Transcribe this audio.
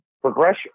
progression